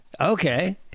okay